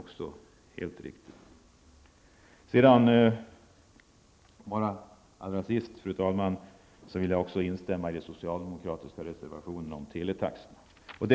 Till allra sist, fru talman, vill jag instämma i den socialdemokratiska reservationen om teletaxor.